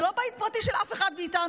זה לא בית פרטי של אף אחד מאיתנו,